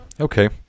Okay